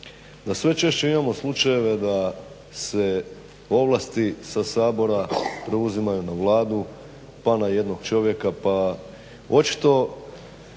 da sve češće imamo slučajeve da se ovlasti sa Sabora preuzimaju na Vladu, pa na jednog čovjeka, pa očito